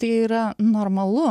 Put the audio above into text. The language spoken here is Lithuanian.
tai yra normalu